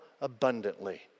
abundantly